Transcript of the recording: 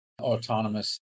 autonomous